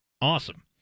Awesome